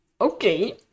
okay